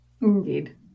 Indeed